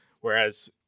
whereas